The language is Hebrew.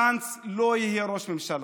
גנץ לא יהיה ראש ממשלה.